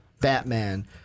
Batman